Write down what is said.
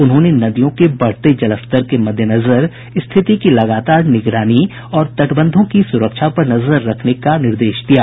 उन्होंने नदियों के बढ़ते जलस्तर के मद्देनजर स्थिति की लगातार निगरानी और तटबंधों की सुरक्षा पर नजर रखने के निर्देश दिये